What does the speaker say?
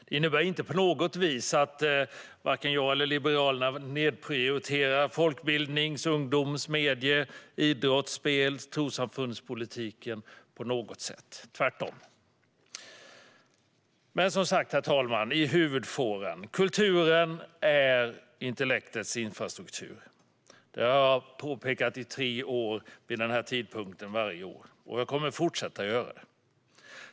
Det innebär inte på något vis att vare sig jag eller Liberalerna nedprioriterar folkbildnings-, ungdoms-, medie-, idrotts, spel eller trossamfundspolitiken på något sätt - tvärtom. Herr talman! Kulturen är intellektets infrastruktur. Det har jag påpekat i tre år vid denna tidpunkt varje år, och jag kommer att fortsätta göra det.